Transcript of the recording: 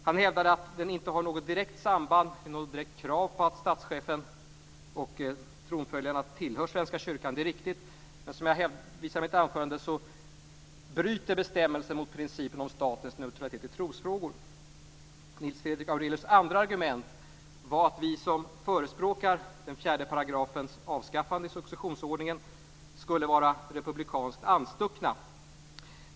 Han hävdade att det inte finns något direkt samband och att det inte finns något direkt krav på att statschefen och tronföljarna tillhör svenska kyrkan. Det är riktigt. Men som jag visar i mitt anförande bryter bestämmelsen mot principen om statens neutralitet i trosfrågor. Nils Fredrik Aurelius andra argument var att vi som förespråkar den fjärde paragrafens avskaffande i successionsordningen skulle vara republikanskt anstuckna.